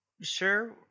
sure